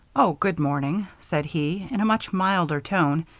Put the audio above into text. oh, good morning, said he, in a much milder tone,